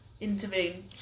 Intervene